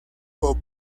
bob